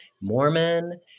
Mormon